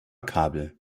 kabel